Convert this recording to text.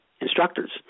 instructors